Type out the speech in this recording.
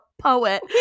poet